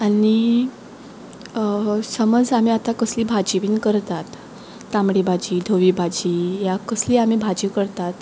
आनी समज आतां आमी कसली भाजी बीन करतात तांबडी भाजी धवी भाजी या कसली आमी भाजी करतात